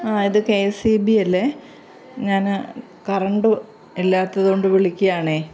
ആ ഇതു K S C B അല്ലെ ഞാൻ കറണ്ട് ഇല്ലാത്തതു കൊണ്ട് വിളിക്കുകയാണെ